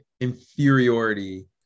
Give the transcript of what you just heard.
inferiority